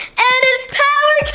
and it's power